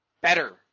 better